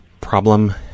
problem